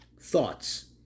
thoughts